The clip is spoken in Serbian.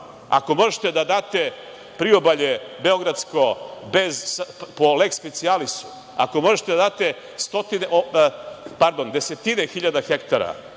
Ako možete da date priobalje beogradsko po leks specijalisu, ako možete da date desetine hiljada hektara